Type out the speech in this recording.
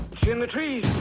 geometry